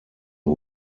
who